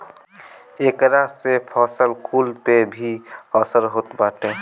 एकरा से फसल कुल पे भी असर होत बाटे